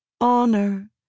Honor